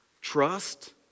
trust